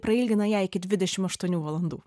prailgina ją iki dvidešim aštuonių valandų